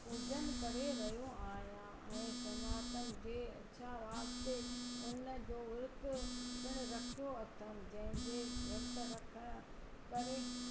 पूॼन करे रहियो आहियां उन जो विर्त रखियो अथनि जंहिंजे विर्तु रखण करे